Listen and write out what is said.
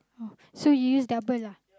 oh so you use double ah